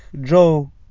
Joe